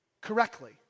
correctly